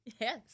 Yes